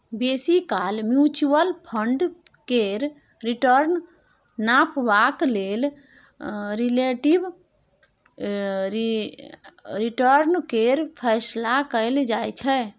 बेसी काल mutual fund केर रिटर्न नापबाक लेल रिलेटिब रिटर्न केर फैसला कएल जाइ छै